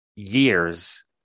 years